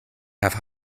have